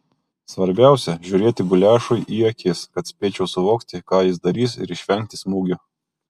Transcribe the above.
svarbiausia žiūrėti guliašui į akis kad spėčiau suvokti ką jis darys ir išvengti smūgio